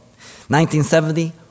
1970